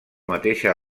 mateixa